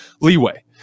leeway